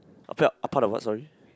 I felt apart the word sorry